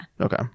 Okay